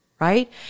right